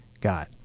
God